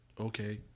okay